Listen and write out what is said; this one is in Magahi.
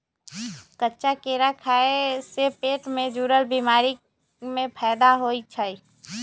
कच्चा केरा खाय से पेट से जुरल बीमारी में फायदा होई छई